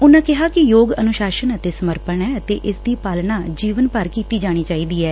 ਉਨਾਂ ਕਿਹਾ ਕਿ ਯੋਗ ਅਨੁਸਾਸਨ ਅਤੇ ਸਮਰਪਣ ਐ ਅਤੇ ਇਸ ਦੀ ਪਾਲਣਾ ਜੀਵਨ ਭਰ ਕੀਤੀ ਜਾਣੀ ਚਾਹੀਦੀ ਐ